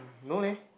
no leh